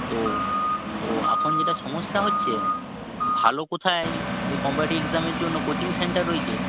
তো তো এখন যেটা সমস্যা হচ্ছে ভালো কোথায় ওই কম্পারেটিভ এক্সামের জন্য কোচিং সেন্টার রয়েছে